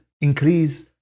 increase